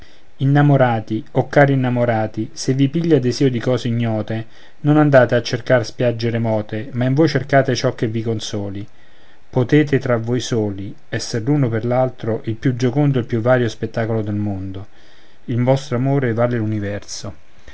innamorati o cari innamorati se vi piglia desìo di cose ignote non andate a cercar spiagge remote ma in voi cercate ciò che vi consoli potete tra voi soli essere l'un per l'altro il più giocondo e il più vario spettacolo del mondo il vostro amore vale